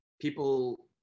people